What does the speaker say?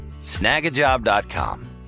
Snagajob.com